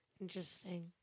Interesting